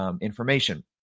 information